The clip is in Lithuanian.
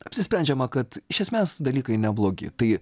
apsisprendžiama kad iš esmės dalykai neblogi tai